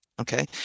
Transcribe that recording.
Okay